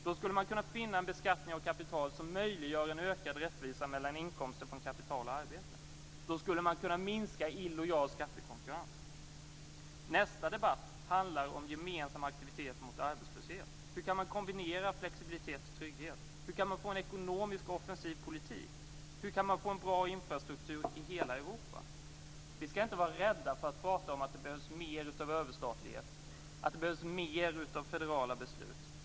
Då skulle man kunna finna en beskattning av kapital som möjliggör en ökad rättvisa mellan inkomster från kapital och arbete. Då skulle man kunna minska illojal skattekonkurrens. Nästa debatt handlar om gemensamma aktiviteter mot arbetslöshet. Hur kan man kombinera flexibilitet och trygghet? Hur kan man få en ekonomisk och offensiv politik? Hur kan man få en bra infrastruktur i hela Europa? Vi ska inte vara rädda för att tala om att det behövs mer av överstatlighet, att det behövs mer av federala beslut.